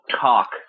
talk